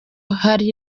hari